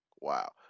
Wow